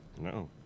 No